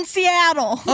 Seattle